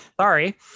sorry